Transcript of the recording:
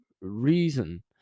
reason